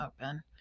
open